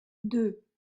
deux